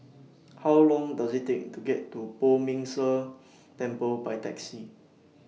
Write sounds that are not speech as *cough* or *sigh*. How Long Does IT Take to get to Poh Ming Tse *noise* Temple By Taxi